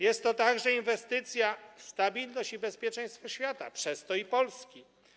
Jest to także inwestycja w stabilność i bezpieczeństwo świata, przez to i Polski.